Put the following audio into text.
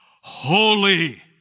Holy